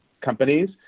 companies